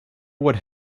what